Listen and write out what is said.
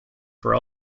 for